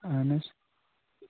اَہَن حظ